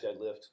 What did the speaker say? deadlift